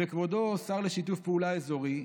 וכבודו הוא שר לשיתוף פעולה אזורי,